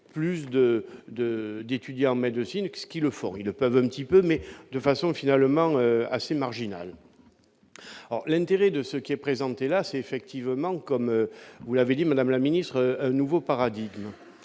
de, d'étudiants, mais de ceux qui le font, ils le peuvent, anti-peu mais de façon finalement assez marginal, alors l'intérêt de ce qui est présenté là c'est effectivement comme vous l'avez dit Madame la ministre, nouveau paradis